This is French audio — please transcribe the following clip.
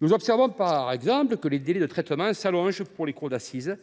Nous observons par exemple que les délais de traitement s’allongent en cour d’assises,